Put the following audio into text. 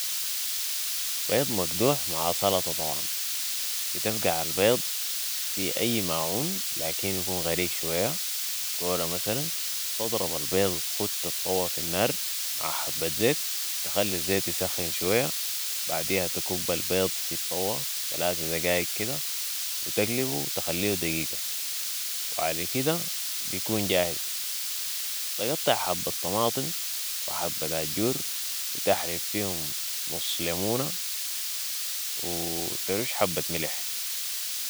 بيض مقدوح مع سلطه طبعا ، بتفقع البيض في اي ماعون لكن يكون غريق شويه كوره مثلا وتضرب البيض وتخت الطوه في النار مع حبه زيت ، تخلي الزيت يسخن شويه، بعديها تكب البيض في الطوه تلات دقايق كده و تقلبو و تخليو دقيقه وعلى كده بيكون جاهز تقطيع حبه طماطم وحبه عجور و تحلب فيهم نص ليمونه و تروش حبه ملح